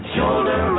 Shoulder